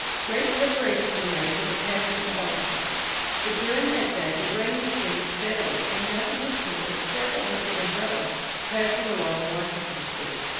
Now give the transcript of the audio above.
great preparations were made for the pageant in boston but during that day the rain descended steadily, and nothing was seen but several hundred umbrellas passing along washington street.